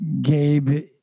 Gabe